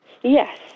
Yes